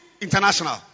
international